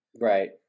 Right